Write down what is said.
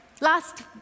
Last